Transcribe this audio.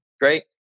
Great